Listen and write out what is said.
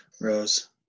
Rose